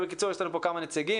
בקיצור, יש לנו פה כמה נציגים.